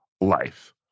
life